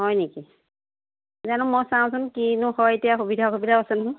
হয় নেকি জানো মই চাওঁচোন কিনো হয় এতিয়া সুবিধা অসুবিধা আছে নহয়